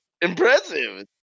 impressive